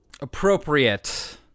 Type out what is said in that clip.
appropriate